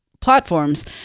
platforms